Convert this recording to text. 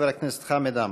חבר הכנסת חמד עמאר.